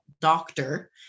doctor